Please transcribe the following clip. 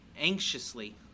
anxiously